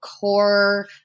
core